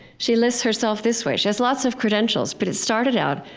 she lists herself this way she has lots of credentials, but it started out,